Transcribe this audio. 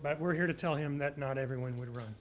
but we're here to tell him that not everyone would run